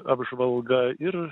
apžvalga ir